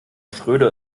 schröder